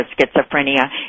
schizophrenia